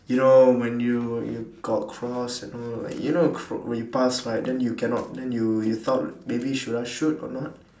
you know when you you got cross and all like you know c~ when you pass right then you cannot then you you thought maybe should I shoot or not